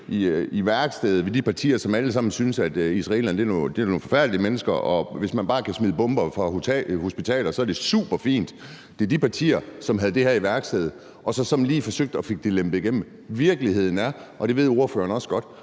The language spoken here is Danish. i værkstedet hos de partier, som alle sammen synes, at israelerne er nogle forfærdelige mennesker, og at hvis man bare kan smide bomber fra hospitaler, er det superfint. Det er de partier, som havde det her i værkstedet og så sådan lige forsøgte at få det lempet igennem. Virkeligheden er, og det ved ordføreren også godt,